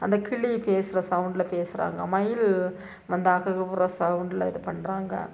அந்த கிளி பேசுகிற சௌண்டில் பேசுகிறாங்க மயில் வந்து அகவுகிற சௌண்டில் இது பண்ணுறாங்க